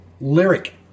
Lyric